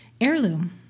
heirloom